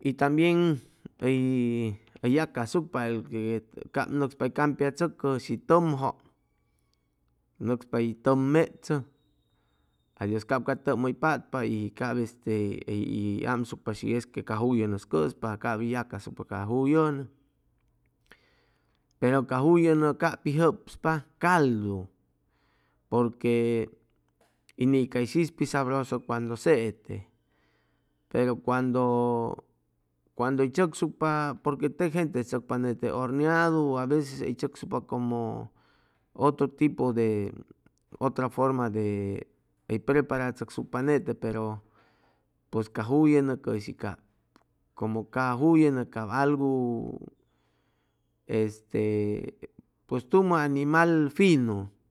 y tambien hʉy yacasucpa el que cap nʉcspa hʉy campiachʉcʉ shi tʉmjʉ nʉcspa hʉy tʉm mechʉ adios cap ca tʉm hʉy patpa y y cap este hʉy hʉy amsucpa shi es que ca juyʉnʉ hʉy cʉspa a cap hʉy ya casucpa ca juyʉnʉ pero ca juyʉnʉ cap pi jʉpspa caldu porque y ni cay shis pi sabroso cuando sete pero cuando cuando hʉy tzʉcsucpa porque teg gente hʉy tzʉcpa horniadu ʉ a veces hʉy tzʉcsucpa como otro tipo de otra forma de hʉy preparachʉcsucpa nete pero pues ca juyʉnʉ cʉshi cap como ca juyʉnʉ cap algu este pues tumo animal finu